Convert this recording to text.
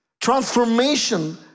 transformation